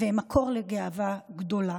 הם מקור לגאווה גדולה.